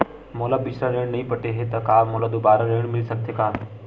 मोर पिछला ऋण नइ पटे हे त का मोला दुबारा ऋण मिल सकथे का?